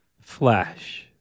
flash